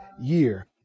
year